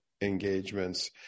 engagements